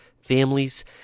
families